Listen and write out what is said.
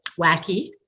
wacky